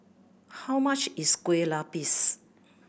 how much is Kueh Lapis